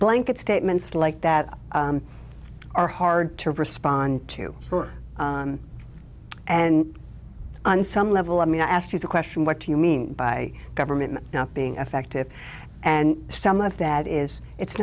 blanket statements like that are hard to respond to her and on some level i mean i ask you the question what do you mean by government not being affective and some of that is it's